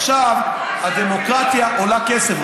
עכשיו, הדמוקרטיה עולה כסף.